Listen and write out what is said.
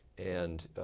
and